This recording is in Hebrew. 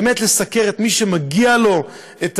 באמת לסקר את מי שמגיע לו שאפו.